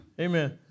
amen